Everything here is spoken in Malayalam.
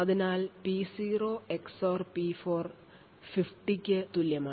അതിനാൽ P0 XOR P4 50 ന് തുല്യമാണ്